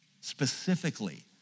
specifically